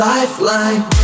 Lifeline